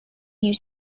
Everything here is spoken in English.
you